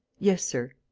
yes, sir.